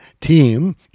team